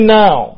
now